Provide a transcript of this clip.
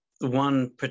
one